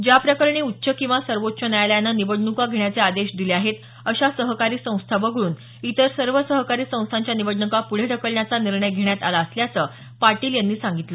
ज्या प्रकरणी उच्च किंवा सर्वोच्च न्यायालयानं निवडणुका घेण्याचे आदेश दिले आहेत अशा सहकारी संस्था वगळून इतर सर्व सहकारी संस्थांच्या निवडणुका पूढे ढकलण्याचा निर्णय घेण्यात आला असल्याचं पाटील यांनी सांगितलं